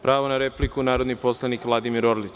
Pravo na repliku narodni poslanik Vladimir Orlić.